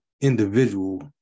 individual